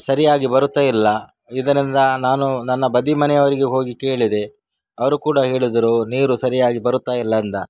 ಸರಿಯಾಗಿ ಬರುತ್ತಾ ಇಲ್ಲ ಇದರಿಂದ ನಾನು ನನ್ನ ಬದಿ ಮನೆಯವರಿಗೆ ಹೋಗಿ ಕೇಳಿದೆ ಅವ್ರೂ ಕೂಡ ಹೇಳಿದರು ನೀರು ಸರಿಯಾಗಿ ಬರುತ್ತಾ ಇಲ್ಲ ಅಂತ